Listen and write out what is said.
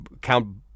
Count